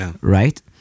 right